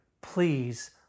please